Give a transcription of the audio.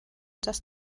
dass